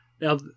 Now